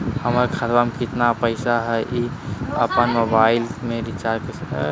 हमर खाता में केतना पैसा हई, ई अपन मोबाईल में कैसे देख सके हियई?